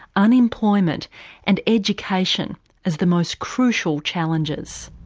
unemployment and education as the most crucial challenges.